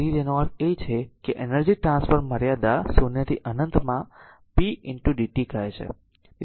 તેથીતેનો અર્થ એ છે કે એનર્જી ટ્રાન્સફર મર્યાદા 0 થી અનંત માં pdt કહે છે